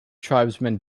tribesmen